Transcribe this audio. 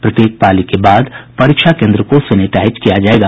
प्रत्येक पाली के बाद परीक्षा केंद्र को सैनेटाइज किया जायेगा